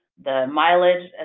the mileage.